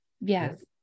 Yes